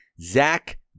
Zach